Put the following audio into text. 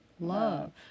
love